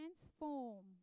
transform